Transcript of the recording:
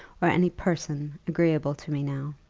or any person, agreeable to me now.